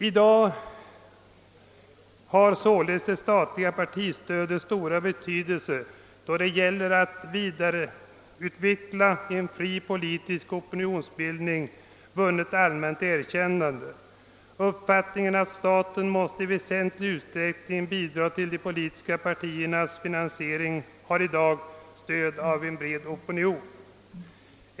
I dag har således det statliga partistödets stora betydelse, då det gäller att vidareutveckla en fri politisk opinionsbildning, vunnit allmänt erkännande. Uppfattningen att staten i väsentlig utsträckning måste bidra till de politiska partiernas finansiering har i dag stöd av en bred opinion.